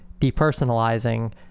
depersonalizing